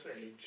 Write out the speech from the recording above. age